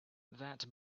that